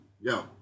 yo